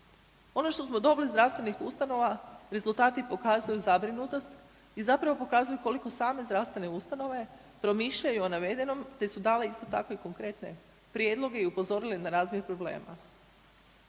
Ono što smo dobili od zdravstvenih ustanova, rezultati pokazuju zabrinutost i zapravo pokazuju koliko same zdravstvene ustanove promišljaju o navedenom te su dale isto tako i konkretne prijedloge i upozorile na razvoj problema.